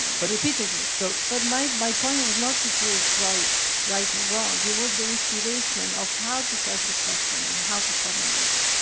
ah but repeatedly. so but my my point was not to prove freud right or wrong. it was the inspiration of how to test the question, and how to formulate it.